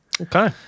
Okay